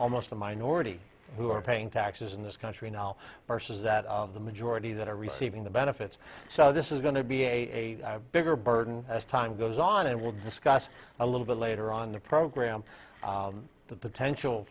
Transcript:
almost the minority who are paying taxes in this country now versus that of the majority that are receiving the benefits so this is going to be a bigger burden as time goes on and we'll discuss a little bit later on the program the potential